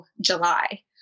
July